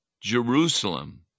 Jerusalem